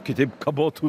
kitaip kabotų